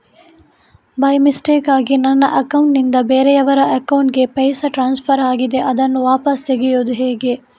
By ಮಿಸ್ಟೇಕಾಗಿ ನನ್ನ account ನಿಂದ ಬೇರೆಯವರ ಅಕೌಂಟ್ ಗೆ ಪೈಸೆ ಟ್ರಾನ್ಸ್ಫರ್ ಆಗಿದೆ ಅದನ್ನು ವಾಪಸ್ ತೆಗೆಯೂದು ಹೇಗೆ?